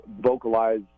vocalize